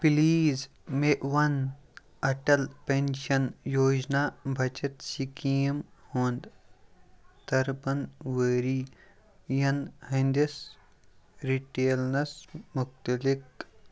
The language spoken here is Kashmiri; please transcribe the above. پلیٖز مےٚ وَن اَٹل پٮ۪نشَن یوجنا بَچت سِکیٖم ہُنٛد ترٛپن ؤرۍ یَن ہٕنٛدِس رِٹیل نَس مُتعلق